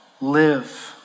live